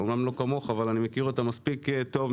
אמנם לא כמוך אבל אני מכיר אותם מספיק טוב,